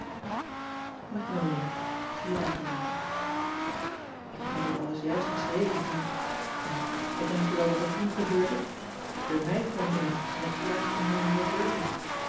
agnolia dagen later k had dat alles juist geschreven toen ja wat denk je wel dat er toen gebeurde e meid kwam binnen met een kaartje van